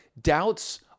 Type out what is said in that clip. Doubts